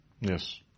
Yes